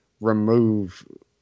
remove